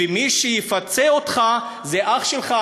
ומי שיפצה אותך זה אח שלך,